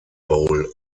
bowl